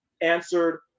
answered